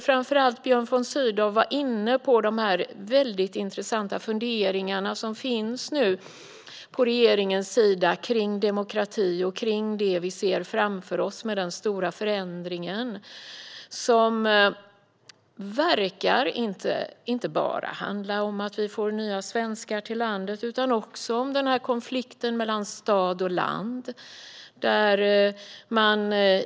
Framför allt Björn von Sydow var inne på regeringens intressanta funderingar om demokrati och det vi ser framför oss i och med den stora förändringen. Det verkar inte bara handla om att vi får nya svenskar till landet utan också om konflikten mellan stad och land.